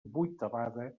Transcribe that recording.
vuitavada